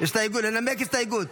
לנמק הסתייגות.